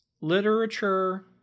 literature